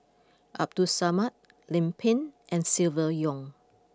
Abdul Samad Lim Pin and Silvia Yong